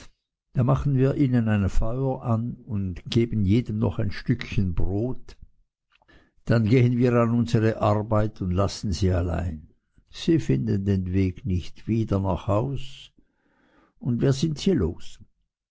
da machen wir ihnen ein feuer an und geben jedem noch ein stückchen brot dann gehen wir an unsere arbeit und lassen sie allein sie finden den weg nicht wieder nach haus und wir sind sie los